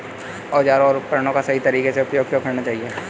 औजारों और उपकरणों का सही तरीके से उपयोग क्यों किया जाना चाहिए?